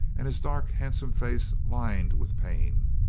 and his dark, hand some face lined with pain.